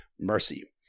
mercy